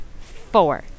four